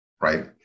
right